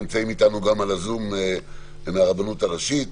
נמצאים אתנו גם בזום מהרבנות הראשית,